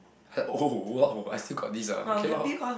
like oh !wah! I still got this ah okay lor